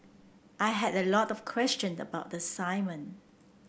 I had a lot of question about the assignment